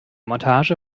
montage